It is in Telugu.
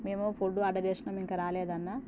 మేము ఫుడ్ ఆర్డర్ చేసాము ఇంకా రాలేదు అన్న